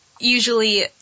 usually